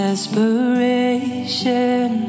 Desperation